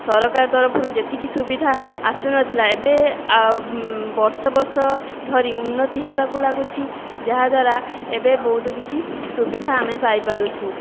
ସରକାର ତରଫରୁ ଯେତିକି ସୁବିଧା ଆସୁନଥିଲା ଏବେ ବର୍ଷ ବର୍ଷ ଧରି ଉନ୍ନତି ହେବାକୁ ଲାଗୁଛି ଯାହାଦ୍ଵାରା ଏବେ ବହୁତ କିଛି ସୁବିଧା ଆମେ ପାଇପାରୁଛୁ